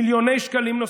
מיליוני שקלים נוספים.